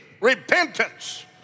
repentance